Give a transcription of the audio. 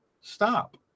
stop